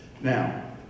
Now